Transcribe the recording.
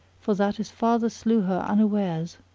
for that his father slew her unawares.